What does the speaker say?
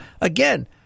Again